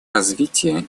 развития